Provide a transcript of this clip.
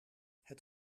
het